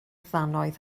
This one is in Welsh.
ddannoedd